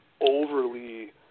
overly